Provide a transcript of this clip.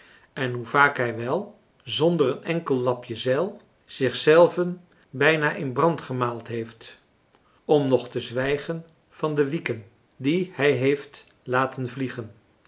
en hoe vaak hij wel zonder een enkel lapje zeil zichzelven bijna in brand gemaald heeft om nog te zwijgen van de wieken die hij heeft laten vliegen